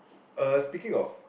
uh speaking of